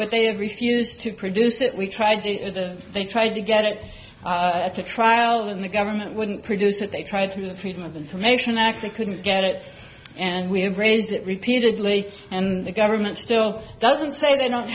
but they have refused to produce it we tried it the they tried to get it to trial and the government wouldn't produce it they tried through the freedom of information act they couldn't get it and we have raised it repeatedly and the government still doesn't say they don't